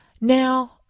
Now